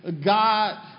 God